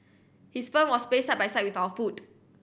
his firm was placed side by side with our food